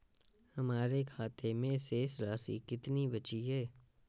हमारे खाते में शेष राशि कितनी बची है?